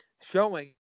showing